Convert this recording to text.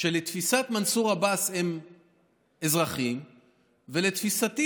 שלתפיסת מנסור עבאס הם אזרחיים ולתפיסתי